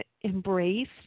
embrace